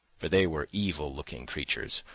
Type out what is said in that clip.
for they were evil-looking creatures,